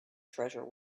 treasure